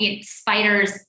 Spiders